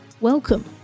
Welcome